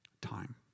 Time